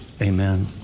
amen